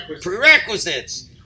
prerequisites